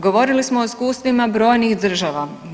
Govorili smo o iskustvima brojnih država.